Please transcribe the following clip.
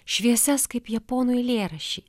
šviesias kaip japonų eilėraščiai